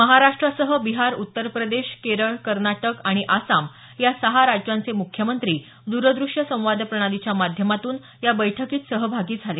महाराष्ट्रासह बिहार उत्तप्रदेश केरळ कर्नाटक आणि आसाम या सहा राज्यांचे मुख्यमंत्री द्रदूश्य संवाद प्रणालीच्या माध्यमातून या बैठकीत सहभागी झाले